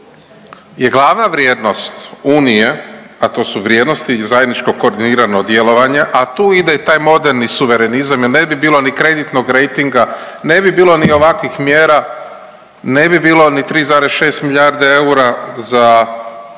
je glavna vrijednost Unije, a to su vrijednosti i zajedničko koordinirano djelovanje, a tu ide i taj moderni suverenizam jer ne bi bilo ni kreditnog rejtinga, ne bi bilo ni ovakvih mjera, ne bi bilo ni 3,6 milijardi eura za